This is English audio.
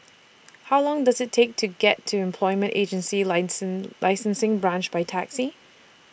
How Long Does IT Take to get to Employment Agency License Licensing Branch By Taxi